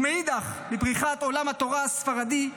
ומאידך לפריחת עולם התורה הספרדי,